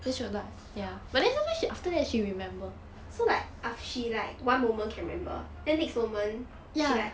so like af~ she like one moment can remember then next moment she like